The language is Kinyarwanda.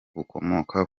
bukomoka